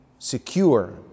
Secure